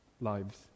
lives